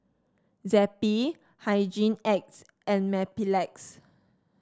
Zappy Hygin X and Mepilex